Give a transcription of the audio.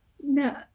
No